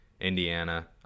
Indiana